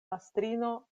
mastrino